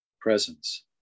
presence